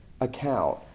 account